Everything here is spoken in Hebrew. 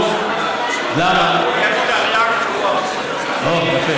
יש לשאלה הזאת 500 תשובות, וכולן נכונות.